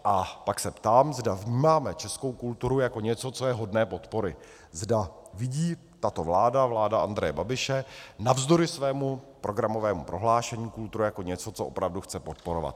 A pak se ptám, zda vnímáme českou kulturu jako něco, co je hodné podpory, zda vidí tato vláda, vláda Andreje Babiše, navzdory svému programovému prohlášení kulturu jako něco, co opravdu chce podporovat.